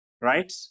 right